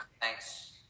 Thanks